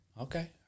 Okay